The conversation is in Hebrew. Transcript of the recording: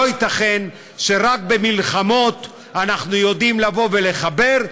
לא ייתכן שרק במלחמות אנחנו יודעים לבוא ולחבר,